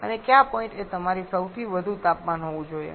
અને કયા પોઈન્ટ એ તમારે સૌથી વધુ તાપમાન હોવું જોઈએ